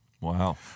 Wow